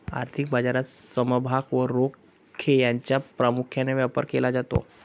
आर्थिक बाजारात समभाग व रोखे यांचा प्रामुख्याने व्यापार केला जातो